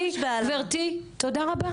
גברתי, תודה רבה.